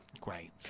Great